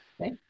Okay